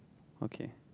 okay